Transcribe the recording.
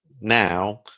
now